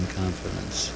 confidence